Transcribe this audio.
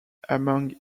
among